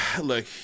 look